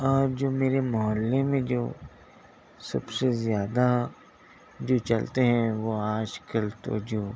اور جو میرے محلے میں جو سب سے زیادہ جو چلتے ہیں وہ آج کل تو جو